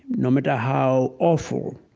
no matter how awful,